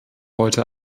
heute